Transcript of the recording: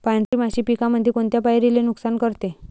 पांढरी माशी पिकामंदी कोनत्या पायरीले नुकसान करते?